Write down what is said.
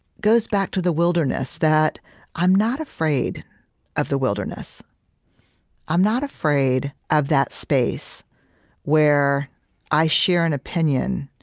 goes back to the wilderness that i'm not afraid of the wilderness i'm not afraid of that space where i share an opinion,